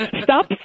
Stop